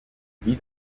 vit